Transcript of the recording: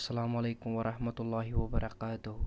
اَسلام علیکم ورحمتہ اللہ وبرکاتہ